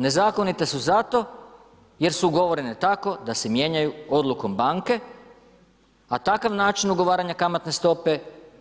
Nezakonite su zato jer su ugovorene tako da se mijenjaju odlukom banke, a takav način ugovaranja kamatne stope